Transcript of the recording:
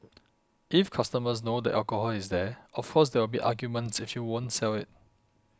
if customers know the alcohol is there of course there will be arguments if you won't sell it